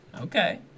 Okay